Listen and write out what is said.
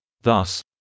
Thus